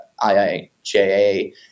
IIJA